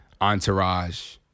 entourage